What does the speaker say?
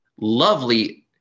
lovely